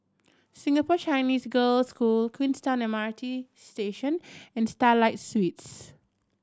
Singapore Chinese Girls' School Queenstown M R T Station and Starlight Suites